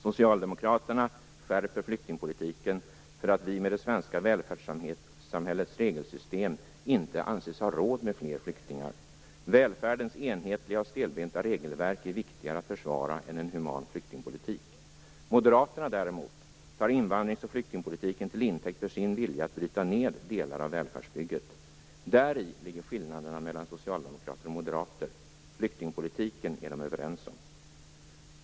Socialdemokraterna skärper flyktingpolitiken för att vi med det svenska välfärdssamhällets regelsystem inte anses ha råd med fler flyktingar. Välfärdens enhetliga och stelbenta regelverk är viktigare att försvara än en human flyktingpolitik. Moderaterna däremot tar invandrings och flyktingpolitiken till intäkt för sin vilja att bryta ned delar av välfärdsbygget. Däri ligger skillnaderna mellan socialdemokrater och moderater. Flyktingpolitiken är de överens om.